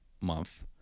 month